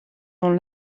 dans